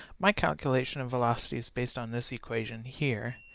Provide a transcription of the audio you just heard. my calculation of velocity is based on this equation here